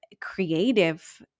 creative